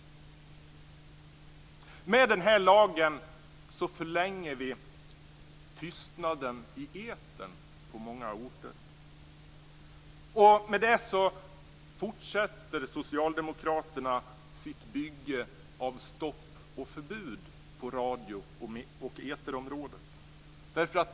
Med denna lag förlänger vi tystnaden i etern på många orter. Därmed fortsätter socialdemokraterna sitt bygge av stopp och förbud på radio och eterområdet.